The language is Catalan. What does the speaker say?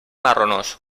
marronós